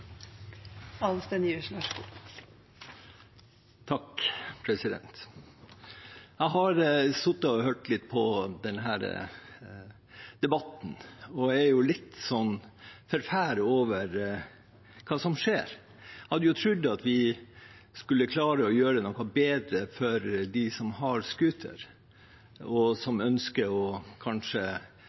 Jeg har sittet og hørt litt på denne debatten, og jeg er litt forferdet over hva som skjer. Jeg hadde jo trodd at vi skulle klare å gjøre noe bedre for dem som har scooter, og som kanskje ønsker å